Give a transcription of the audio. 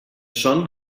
son